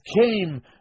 came